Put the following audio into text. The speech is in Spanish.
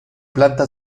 planta